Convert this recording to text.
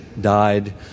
died